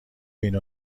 بین